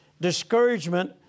Discouragement